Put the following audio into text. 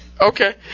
Okay